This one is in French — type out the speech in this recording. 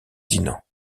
dinant